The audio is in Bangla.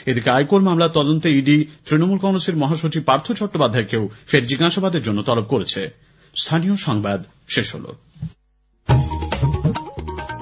এদিকে আইকোর মামলার তদন্তে ইডি ত়ণমূল কংগ্রেসের মহাসচিব পার্থ চট্টোপাধ্যায়কে ফের জিজ্ঞাসাবাদের জন্য তলব করেছে